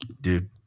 dude